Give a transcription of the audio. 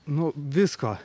nu visko